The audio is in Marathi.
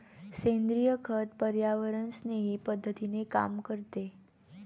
सेंद्रिय खत पर्यावरणस्नेही पद्धतीने काम करते